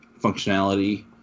functionality